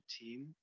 team